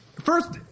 First –